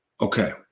Okay